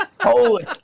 holy